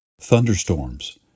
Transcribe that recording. thunderstorms